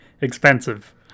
expensive